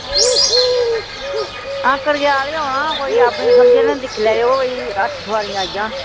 हां कड़क्याल गै औना कोई अपनी समझा कन्नै दिक्खी लैएओ कोई अट्ठ सुआरियां आई जान